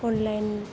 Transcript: online